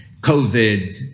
covid